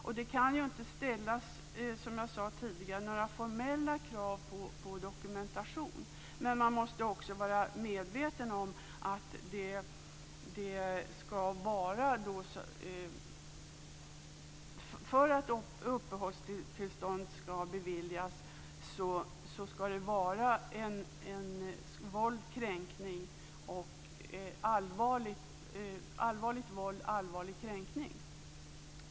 Och, som jag sade tidigare, kan det inte ställas några formella krav på dokumentation, men man måste vara medveten om att för att uppehållstillstånd ska beviljas ska det vara fråga om allvarligt våld eller allvarlig kränkning.